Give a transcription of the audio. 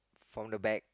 from the back